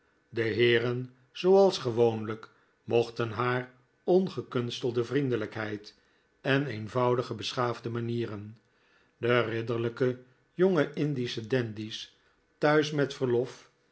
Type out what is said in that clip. de heeren zooals gewoonlijk mochten haar ongekunstelde vriendelijkheid en eenvoudige beschaafde manieren de ridderlijke jonge indische dandies thuis met verlof